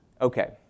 okay